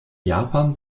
japan